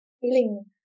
feeling